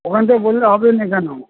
ওখান থেকে বললে হবে না কেন